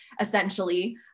essentially